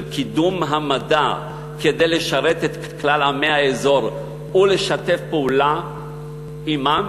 של קידום המדע כדי לשרת את כלל עמי האזור ולשתף פעולה עמם,